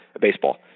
baseball